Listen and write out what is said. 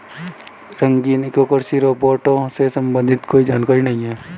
रागिनी को कृषि रोबोट से संबंधित कोई जानकारी नहीं है